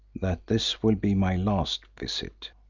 that this will be my last visit.